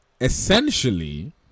Essentially